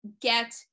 get